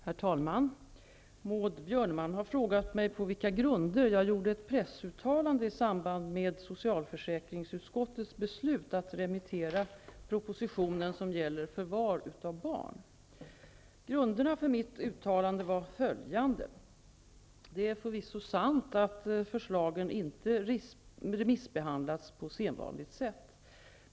Herr talman! Maud Björnemalm har frågat mig på vilka grunder jag gjorde ett pressuttalande i samband med socialförsäkringsutskottets beslut att remittera propositionen som gäller förvar av barn. Grunderna för mitt uttalande var följande. Det är förvisso sant att förslagen inte remissbehandlats på sedvanligt sätt.